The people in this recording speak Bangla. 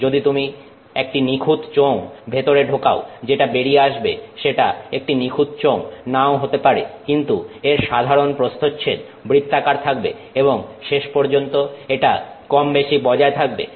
যদি তুমি একটি নিখুঁত চোঙ ভেতরে ঢোকাও যেটা বেরিয়ে আসবে সেটা একটা নিখুঁত চোঙ নাও হতে পারে কিন্তু এর সাধারন প্রস্থচ্ছেদ বৃত্তাকার থাকবে এবং শেষ পর্যন্ত এটা কমবেশি বজায় থাকবে